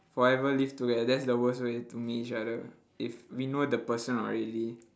forever live together that's the worst way to meet each other if we know the person already